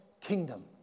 Kingdom